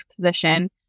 position